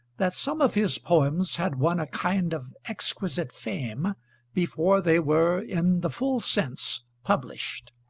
that some of his poems had won a kind of exquisite fame before they were in the full sense published.